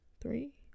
three